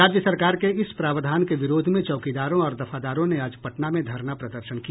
राज्य सरकार के इस प्रावधान के विरोध में चौकीदारों और दफादारों ने आज पटना में धरना प्रदर्शन किया